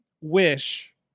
wish